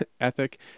ethic